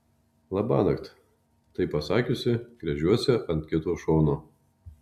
labanakt tai pasakiusi gręžiuosi ant kito šono